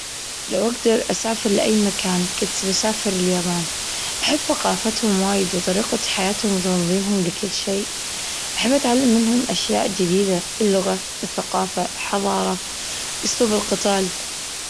لو أقدر أسافر لأي مكان كنت بسافر اليابان، أحب ثقافتهم وايد وطريقة حياتهم وتنظيمهم لكل شيء. أحب أتعلم منهم أشياء جديدة، اللغة، الثقافة، حضارة، أسلوب القتال.